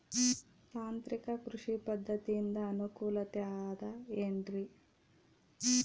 ತಾಂತ್ರಿಕ ಕೃಷಿ ಪದ್ಧತಿಯಿಂದ ಅನುಕೂಲತೆ ಅದ ಏನ್ರಿ?